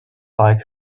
like